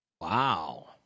Wow